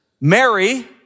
Mary